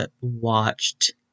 watched